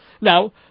Now